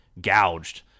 gouged